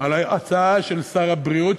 ההצעה של שר הבריאות,